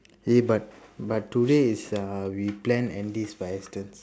eh but but today is uh we plan andy's